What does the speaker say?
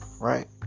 right